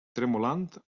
tremolant